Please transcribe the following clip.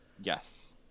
Yes